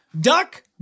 Duck